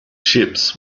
ships